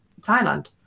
Thailand